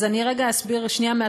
אז אני רגע אסביר מהתחלה,